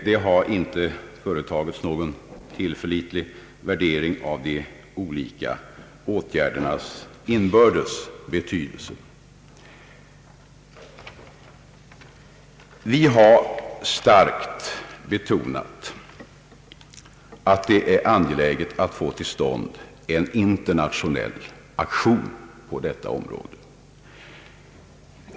Det har inte företagits någon tillförlitlig värdering av de olika åtgärdernas inbördes betydelse. Vi har starkt betonat att det är angeläget att få till stånd en internationell aktion på detta område.